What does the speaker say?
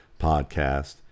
podcast